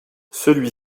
celui